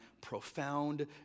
profound